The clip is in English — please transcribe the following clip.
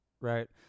right